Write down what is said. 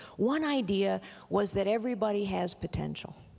one idea was that everybody has potential.